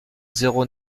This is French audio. zéro